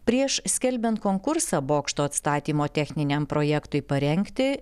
prieš skelbiant konkursą bokšto atstatymo techniniam projektui parengti